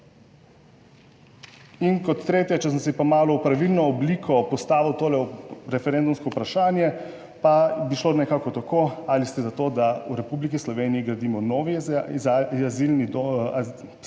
In kot tretje, če sem si pa malo v pravilno obliko postavil to referendumsko vprašanje, pa bi šlo nekako tako: ali ste za to, da v Republiki Sloveniji gradimo nov